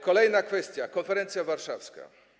Kolejna kwestia: konferencja warszawska.